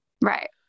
Right